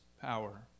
power